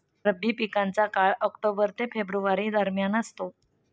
रब्बी पिकांचा काळ ऑक्टोबर ते फेब्रुवारी दरम्यान असतो